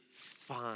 fine